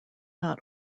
not